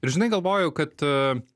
ir žinai galvoju kad